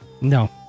No